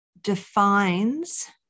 defines